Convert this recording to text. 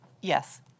Yes